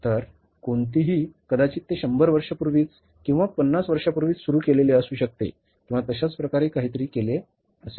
तर कोणीतरी कदाचित ते शंभर वर्षांपूर्वीच किंवा पन्नास वर्षांपूर्वीच सुरू केलेले असू शकते किंवा तशाच प्रकारे काहीतरी केले असेल